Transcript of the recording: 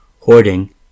Hoarding